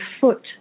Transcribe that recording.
foot